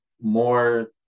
more